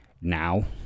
now